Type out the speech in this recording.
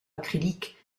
acrylique